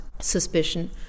suspicion